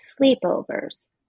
sleepovers